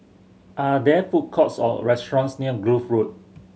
are there food courts or restaurants near Kloof Road